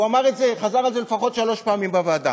הוא חזר על זה לפחות שלוש פעמים בוועדה.